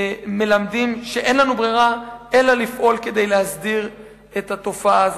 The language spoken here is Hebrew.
מלמדים שאין לנו ברירה אלא לפעול כדי להסדיר את התופעה הזאת.